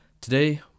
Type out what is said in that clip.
Today